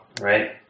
right